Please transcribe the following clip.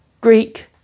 Greek